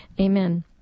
Amen